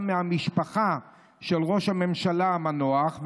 גם מהמשפחה של ראש הממשלה המנוח,